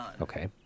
Okay